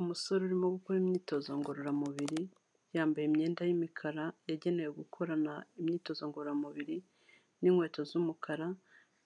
Umusore urimo gukora imyitozo ngororamubiri, yambaye imyenda y'imikara yagenewe gukorana imyitozo ngororamubiri n'inkweto z'umukara,